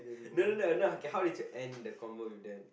no no no okay how did you end the convo with them